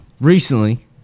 recently